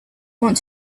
want